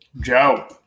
Joe